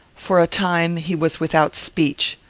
for a time he was without speech.